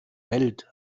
welt